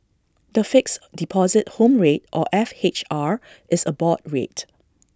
the Fixed Deposit Home Rate or F H R is A board rate